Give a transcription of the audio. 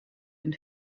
den